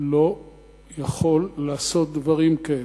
לא יכול לעשות דברים כאלה,